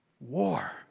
war